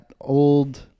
old